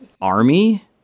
Army